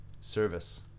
Service